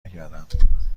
نکردم